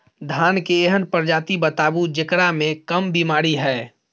धान के एहन प्रजाति बताबू जेकरा मे कम बीमारी हैय?